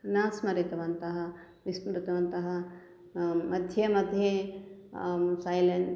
न स्मरितवन्तः विस्मृतवन्तः मध्ये मध्ये सैलेन्